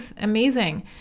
amazing